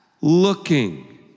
looking